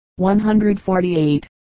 148